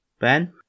Ben